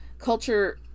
culture